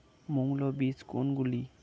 মৌল বীজ কোনগুলি?